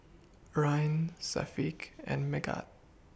Ryan Syafiq and Megat